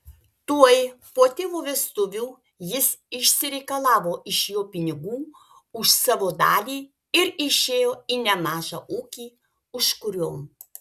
tuoj po tėvo vestuvių jis išsireikalavo iš jo pinigų už savo dalį ir išėjo į nemažą ūkį užkuriom